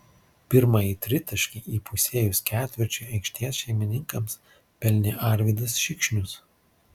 pirmąjį tritaškį įpusėjus ketvirčiui aikštės šeimininkams pelnė arvydas šikšnius